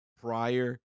prior